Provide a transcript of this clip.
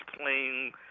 playing